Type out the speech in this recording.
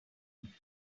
afraid